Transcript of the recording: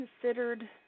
considered